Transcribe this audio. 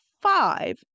five